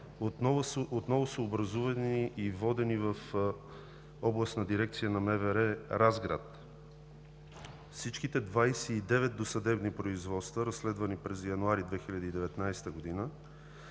отново са образувани и водени в Областната дирекция на МВР – Разград. Всичките 29 досъдебни производства, разследвани през януари 2019 г.